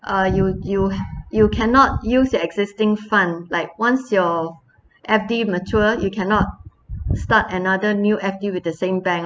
uh you you you cannot use your existing fund like once your F_D mature you cannot start another new F_D with the same bank